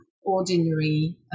ordinary